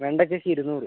വെണ്ടയ്ക്കക്ക് ഇരുനൂറ്